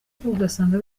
ugasanga